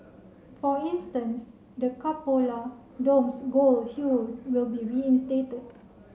for instance the cupola dome's gold hue will be reinstated